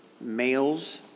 males